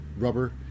rubber